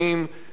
צלמים,